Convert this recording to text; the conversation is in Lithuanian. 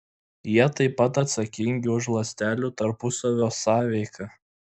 jie taip pat atsakingi už ląstelių tarpusavio sąveiką